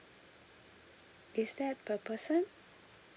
is that per person